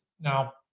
Now